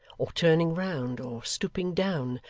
or turning round, or stooping down,